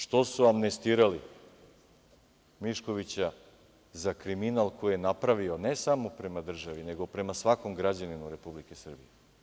Što su amnestirali Miškovića za kriminal koji je napravio, ne samo prema državi, nego prema svakom građaninu Republike Srbije?